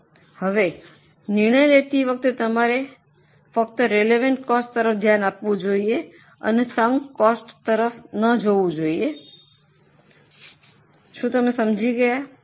હવે નિર્ણય લેતી વખતે તમારે ફક્ત રેલવન્ટ કોસ્ટ તરફ ધ્યાન આપવું જોઈએ અને સંક કોસ્ટ તરફ ન જોવું જોઈએ શું તમે સમજી ગયા